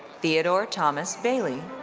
theodore thomas bailey.